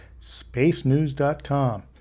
spacenews.com